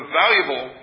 valuable